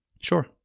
Sure